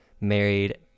married